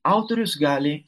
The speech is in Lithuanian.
autorius gali